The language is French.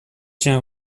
tiens